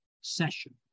session